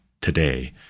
today